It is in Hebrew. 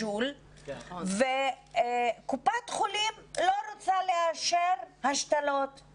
-- וקופת חולים לא רוצה לאשר השתלות,